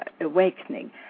awakening